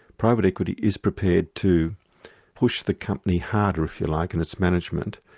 private equity is prepared to push the company harder if you like in its management,